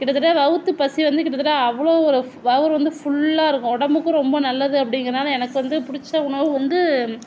கிட்டத்தட்ட வயித்து பசி வந்து கிட்டத்தட்ட அவ்வளோ ஒரு ஃப் வயிறு வந்து ஃபுல்லாக இருக்கும் உடம்புக்கும் ரொம்ப நல்லது அப்படிங்கறதுனால எனக்கு வந்து பிடிச்ச உணவு வந்து